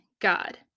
God